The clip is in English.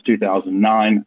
2009